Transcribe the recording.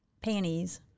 panties